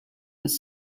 his